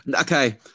okay